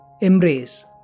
embrace